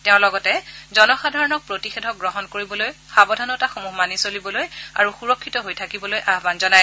তেওঁ লগতে জনসাধাৰণক প্ৰতিষেধক গ্ৰহণ কৰিবলৈ সাৱধানতাসমূহ মানি চলিবলৈ আৰু সুৰক্ষিত হৈ থাকিবলৈ আহান জনায়